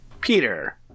Peter